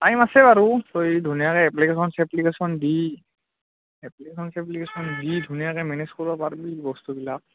time আছে বাৰু তই এই ধুনীয়াকৈ এপ্লিকেশ্যন চেপ্লিকেশ্যন দি এপ্লিকেশ্যন চেপ্লিকেশ্যন দি ধুনীয়াকৈ মেনেজ কৰিব পাৰবি বস্তুবিলাক